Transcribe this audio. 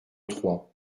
trois